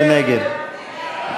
מי נגד?